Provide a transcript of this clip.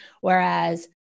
Whereas